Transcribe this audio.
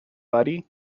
buddy